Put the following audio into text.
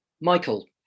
Michael